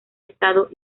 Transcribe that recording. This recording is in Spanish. estado